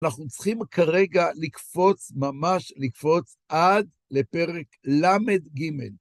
אנחנו צריכים כרגע לקפוץ, ממש לקפוץ, עד לפרק ל"ג